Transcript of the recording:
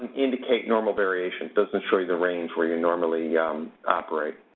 indicate normal variation, doesn't show you the range where you normally operate.